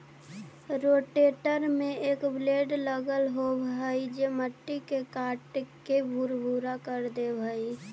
rotator में एक blade लगल होवऽ हई जे मट्टी के काटके भुरभुरा कर देवऽ हई